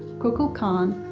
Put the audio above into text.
kukulcan,